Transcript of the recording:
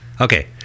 Okay